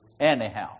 Anyhow